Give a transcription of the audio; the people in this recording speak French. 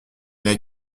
n’a